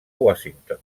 washington